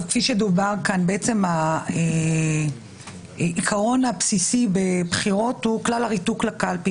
כפי שדובר כאן העיקרון הבסיסי בבחירות הוא כלל הריתוק לקלפי.